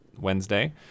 Wednesday